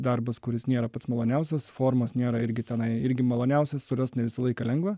darbas kuris nėra pats maloniausias formos nėra irgi tenai irgi maloniausia surast ne visą laiką lengva